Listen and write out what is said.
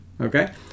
okay